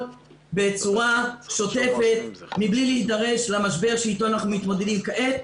בצורה שוטפת מבלי להידרש למשבר שאיתו אנחנו מתמודדים כעת.